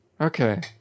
Okay